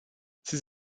ces